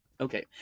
Okay